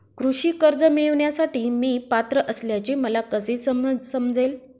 कृषी कर्ज मिळविण्यासाठी मी पात्र असल्याचे मला कसे समजेल?